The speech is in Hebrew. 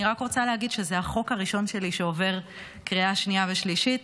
אני רק רוצה להגיד שזה החוק הראשון שלי שעובר קריאה שנייה ושלישית,